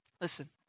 Listen